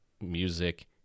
music